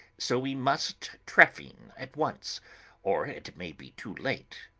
so we must trephine at once or it may be too late.